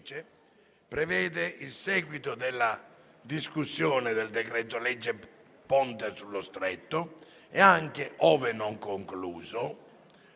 prevede il seguito della discussione del decreto-legge sul Ponte sullo Stretto e, anche ove non concluso